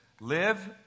Live